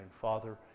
Father